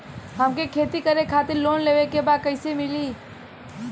हमके खेती करे खातिर लोन लेवे के बा कइसे मिली?